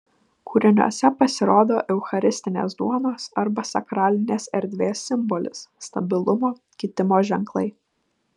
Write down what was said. kūriniuose pasirodo eucharistinės duonos arba sakralinės erdvės simbolis stabilumo kitimo ženklai